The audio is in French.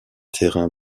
terrain